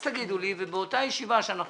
אז תגידו לי, ובאותה ישיבה שנקיים,